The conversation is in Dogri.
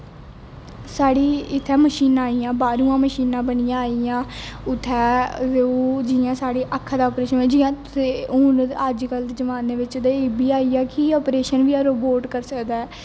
साढ़ी इत्थै मशीनां आई गेइयां बाहरो ओह् मशीनां बनी ऐ आई गेइयां उत्थै ओह् जियां साढ़ी अक्खां दा अप्रेशन जियां हून अज अजकल दे जमाने बिच ते ई बी आई गेआ कि अप्रेशन बी राबोट करी सकदा ऐ